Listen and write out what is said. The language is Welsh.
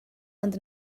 ond